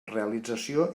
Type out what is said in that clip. realització